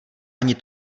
ani